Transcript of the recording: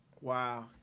Wow